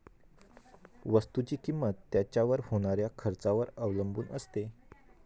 वस्तुची किंमत त्याच्यावर होणाऱ्या खर्चावर अवलंबून असते